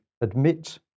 admit